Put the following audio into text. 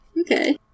Okay